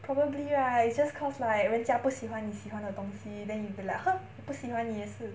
probably right it's just cause like 人家不喜欢你喜欢的东西 then you will be like !huh! 我不喜欢你也是